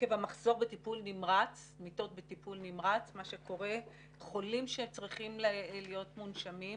עקב המחסור המיטות בטיפול נמרץ חולים שצריכים להיות מונשמים,